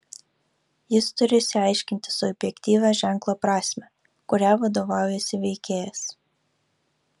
jis turi išsiaiškinti subjektyvią ženklo prasmę kuria vadovaujasi veikėjas